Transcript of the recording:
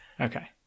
Okay